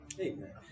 Amen